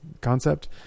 concept